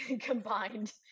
combined